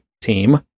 team